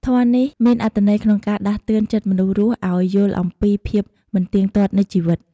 ធម៌នេះមានអត្ថន័យក្នុងការដាស់តឿនចិត្តមនុស្សរស់ឱ្យយល់អំពីភាពមិនទៀងទាត់នៃជីវិត។